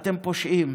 אתם פושעים.